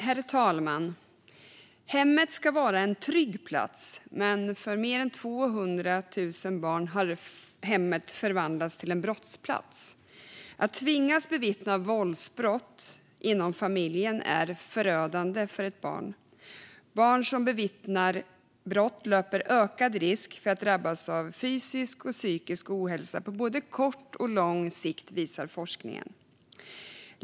Herr talman! Hemmet ska vara en trygg plats. Men för mer än 200 000 barn har hemmet förvandlats till en brottsplats. Att tvingas bevittna våldsbrott inom familjen är förödande för ett barn. Forskningen visar att barn som bevittnar brott löper ökad risk för att drabbas av fysisk och psykisk ohälsa på både kort och lång sikt.